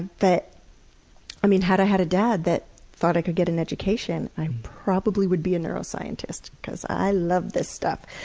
but i mean, had a had a dad that thought i could get an education, i probably would be a neuroscientist, because i love this stuff!